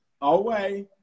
Away